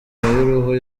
y’uruhu